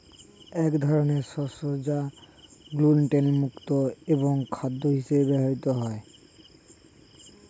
এক ধরনের শস্য যা গ্লুটেন মুক্ত এবং খাদ্য হিসেবে ব্যবহৃত হয়